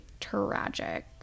tragic